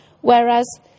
Whereas